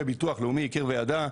והביטוח הלאומי הכיר וידע,